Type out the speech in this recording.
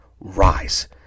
rise